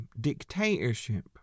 dictatorship